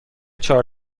چهار